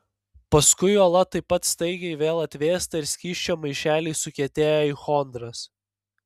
paskui uola taip pat staigiai vėl atvėsta ir skysčio maišeliai sukietėja į chondras